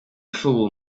full